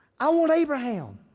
i want abraham.